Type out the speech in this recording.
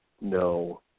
no